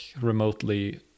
remotely